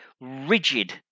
rigid